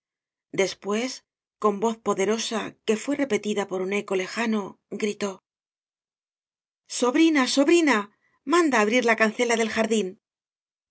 después con voz poderosa que fué repetida por un eco lejano gritó sobrina sobrina manda abrir la cancela del jardín